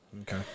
Okay